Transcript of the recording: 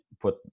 put